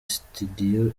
studio